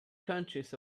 countries